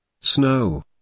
Snow